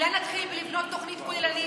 אולי נתחיל בלבנות תוכנית כוללנית,